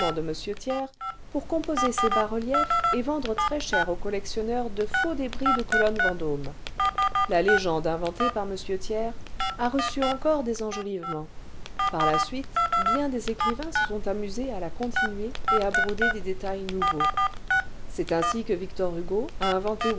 de m thiers pour composer ces bas-reliefs et vendre très cher aux collectionneurs cle faux clébris de colonne vendôme la légende inventée par m thiers a reçu encore des enjolivements par la suite bien des écrivains se sont amusés à la continuer continuer à broder des détails nouveaux c'est ainsi que victor hugo a